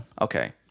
Okay